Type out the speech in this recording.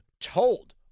told